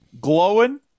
glowing